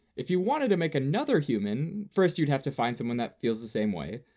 if you wanted to make another human, first you'd have to find someone that feels the same way,